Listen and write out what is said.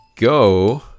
go